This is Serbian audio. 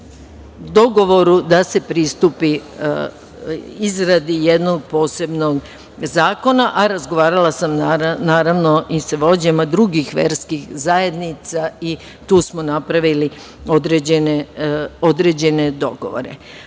dogovoru da se pristupi izradi jednog posebnog zakona, a razgovarala sam, naravno, i sa vođama drugih verskih zajednica i tu smo napravili određene